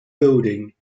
building